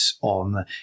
on